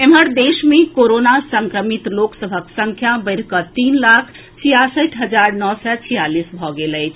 एम्हर देश मे कोरोना संक्रमित लोक सभक संख्या बढ़ि कऽ तीन लाख छियासठि हजार नओ सय छियालीस भऽ गेल अछि